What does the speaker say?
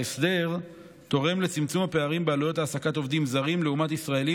ההסדר תורם לצמצום הפערים בעלויות העסקת עובדים זרים לעומת ישראלים